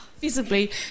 visibly